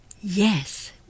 Yes